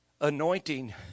anointing